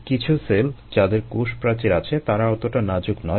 কিছু সেল যাদের কোষপ্রাচীর আছে তারা ওতোটা নাজুক নয়